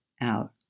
out